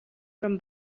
from